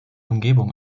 umgebung